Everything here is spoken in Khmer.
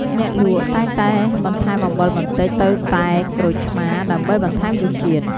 អ្នកលក់តែងតែបន្ថែមអំបិលបន្តិចទៅតែក្រូចឆ្មាដើម្បីបន្ថែមរសជាតិ។